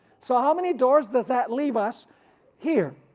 so how many doors does that leave us here?